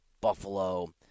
Buffalo